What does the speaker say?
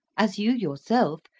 as you yourself,